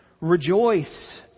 Rejoice